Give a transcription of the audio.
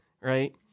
right